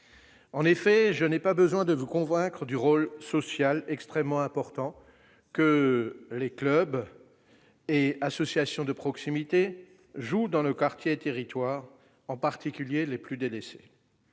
En effet, il n'est nul besoin de vous convaincre du rôle social extrêmement important que les clubs et les associations de proximité jouent dans nos quartiers et dans nos territoires, en particulier dans les plus délaissés